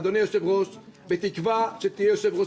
אדוני היושב-ראש בתקווה שתהיה יושב-הראש